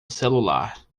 celular